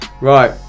Right